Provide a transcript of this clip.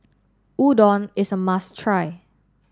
Udon is a must try